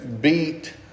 beat –